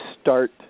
start